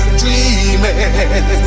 dreaming